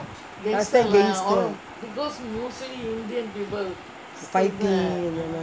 last time gangster fighting இந்த மாரி:intha maari